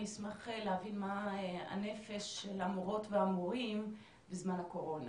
אני אשמח להבין מה הנפש של המורות והמורים בזמן הקורונה?